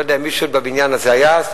אני לא יודע אם עוד מישהו בבניין הזה היה אז.